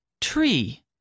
Tree